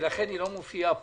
לכן היא לא מופיעה פה.